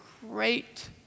great